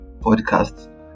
podcast